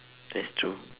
that's true